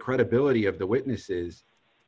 credibility of the witnesses